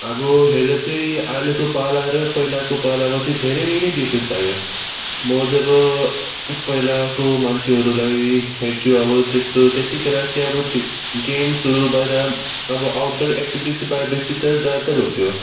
अब अहिले चाहिँ अहिलेको पाला र पहिलाको पालामा चाहिँ धेरै नै डिफ्रेन्स आयो म जब पहिलाको मान्छेहरूलाई हेर्छु अब त्यस्तो त्यतिखेर चाहिँ अब गेम्सहरू बाहिर अब आउटडुवर एक्टिभिटिस चाहिँ प्रायः बेसीतर ज्यादातर हुन्थ्यो